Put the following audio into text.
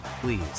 Please